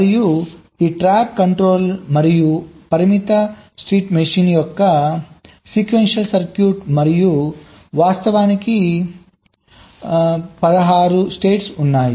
మరియు ఈ tap controller మళ్ళీ పరిమిత స్టేట్ మెషీన్ యొక్క సీక్వెన్షియల్ సర్క్యూట్ మరియు వాస్తవానికి 16 స్టేట్స్ ఉన్నాయి